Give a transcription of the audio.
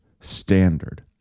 standard